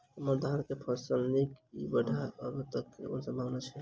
हम्मर धान केँ फसल नीक इ बाढ़ आबै कऽ की सम्भावना छै?